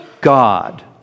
God